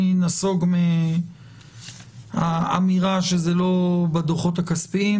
אני נסוג מהאמירה שזה לא בדוחות הכספיים.